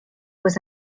was